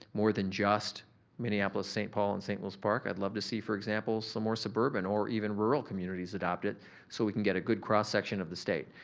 more than just minneapolis, saint paul, and saint louis park. i'd love to see, for example, some more suburban or even rural communities adopt it so we can get a good cross section of the state.